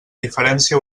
diferència